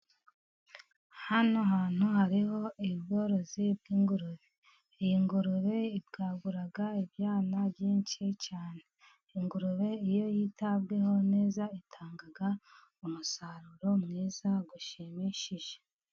Hano hantu hariho ubworozi bw'ingurube, iyi ngurube ibwagura ibyana byinshi cyane, ingurube iyo yitaweho neza, itanga umusaruro mwiza ushimishije.